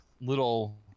little